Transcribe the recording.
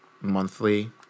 monthly